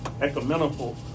ecumenical